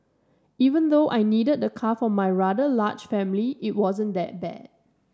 even though I needed the car for my rather large family it wasn't that bad